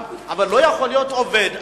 אבל לא יכול להיות שעובד,